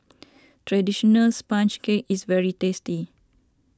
Traditional Sponge Cake is very tasty